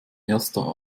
erster